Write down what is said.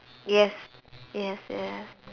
yes yes yes